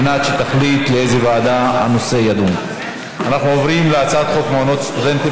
אנחנו עוברים להצבעה הבאה,